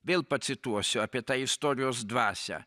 vėl pacituosiu apie tą istorijos dvasią